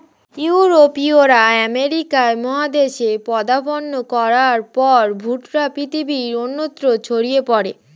ইউরোপীয়রা আমেরিকা মহাদেশে পদার্পণ করার পর ভুট্টা পৃথিবীর অন্যত্র ছড়িয়ে পড়ে